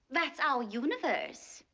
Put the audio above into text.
that's our universe.